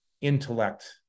intellect